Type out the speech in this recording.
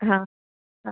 हा हा